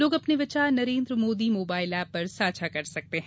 लोग अपने विचार नरेन्द्र मोदी मोबाइल एप पर साझा कर सकते हैं